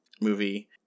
movie